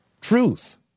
truth